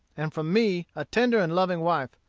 and from me a tender and loving wife.